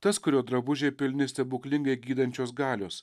tas kurio drabužiai pilni stebuklingai gydančios galios